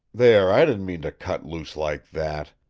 there! i didn't mean to cut loose like that!